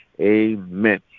Amen